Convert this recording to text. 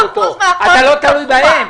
90% מהחוק הוא קבוע.